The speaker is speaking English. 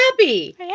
happy